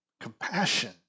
compassion